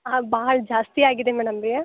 ಹಾಂ ಭಾಳ ಜಾಸ್ತಿಯಾಗಿದೆ ಮೇಡಮ್ ನನಗೆ